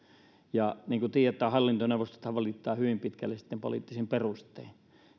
ja niin kuin tiedetään hallintoneuvostothan valitaan hyvin pitkälle poliittisin perustein